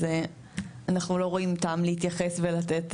אז אנחנו לא רואים טעם להתייחס ולתת